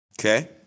Okay